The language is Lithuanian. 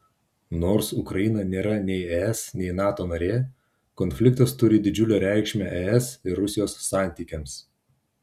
nors ukraina nėra nei es nei nato narė konfliktas turi didžiulę reikšmę es ir rusijos santykiams